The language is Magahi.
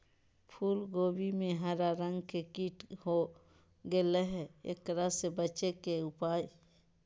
फूल कोबी में हरा रंग के कीट हो गेलै हैं, एकरा से बचे के उपाय?